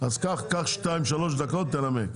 קח שתיים-שלוש דקות ותנמק.